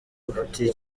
ufitiye